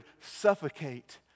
suffocate